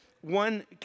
one